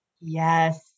Yes